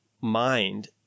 mind